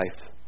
life